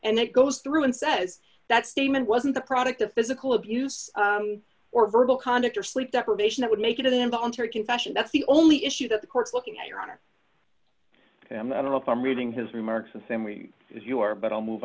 and it goes through and says that statement wasn't the product of physical abuse or verbal conduct or sleep deprivation that would make it involuntary confession that's the only issue that the court's looking at your honor and i don't know if i'm reading his remarks and then we if you are but i'll move